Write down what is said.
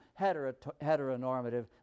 heteronormative